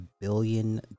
billion